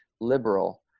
liberal